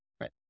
Right